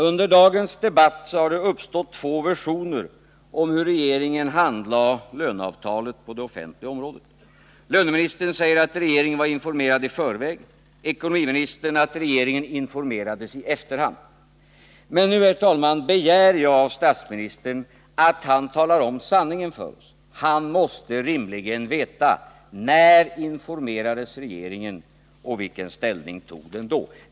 Under dagens debatt har det lämnats två versioner av hur regeringen handlade löneavtalet på det offentliga området. Löneministern säger att regeringen var informerad i förväg. Ekonomiministern säger att regeringen informerades i efterhand. Men nu, herr talman, begär jag av statsministern att han talar om sanningen för oss. Han måste rimligen veta när regeringen informerades och vilken ställning den då intog.